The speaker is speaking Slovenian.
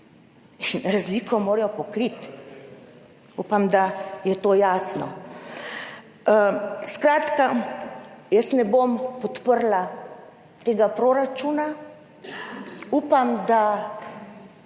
in razliko morajo pokriti. Upam, da je to jasno. Skratka, jaz ne bom podprla tega proračuna. Upam, da